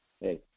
hey